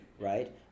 right